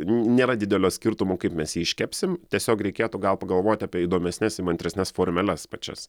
nėra didelio skirtumo kaip mes jį iškepsim tiesiog reikėtų gal pagalvoti apie įdomesnes įmantresnes formeles pačias